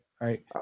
right